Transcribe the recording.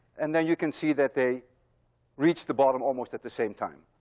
and then you can see that they reach the bottom almost at the same time.